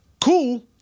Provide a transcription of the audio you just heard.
cool